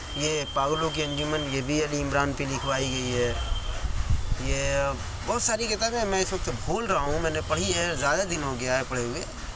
یہ پاگلوں کی انجمن یہ بھی علی عمران پہ لکھوائی گئی ہے یہ بہت ساری کتابیں میں اس وقت بھول رہا ہوں میں نے پڑھی ہے زیادہ دن ہو گیا ہے پڑھے ہوئے